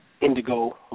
indigo